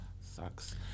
Sucks